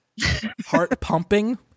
heart-pumping